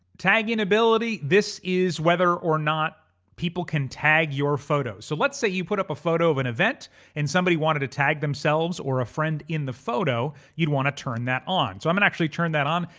tagging ability. this is whether or not people can tag your photos. so let's say you put up a photo of an event and somebody wanted to tag themselves or a friend in the photo, you'd wanna turn that on. so i'm gonna and actually turn that on.